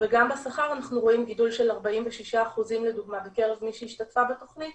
וגם בשכר אנחנו רואים גידול של 46% לדוגמה בקרב מי שהשתתפה בתוכנית